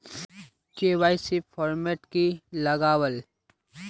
KYC format की लगावल?